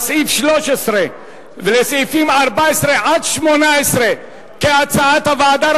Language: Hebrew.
סעיף 13 ועל סעיפים 14 18 כהצעת הוועדה.